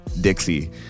dixie